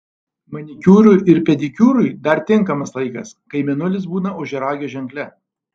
manikiūrui ir pedikiūrui dar tinkamas laikas kai mėnulis būna ožiaragio ženkle